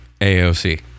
AOC